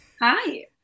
hi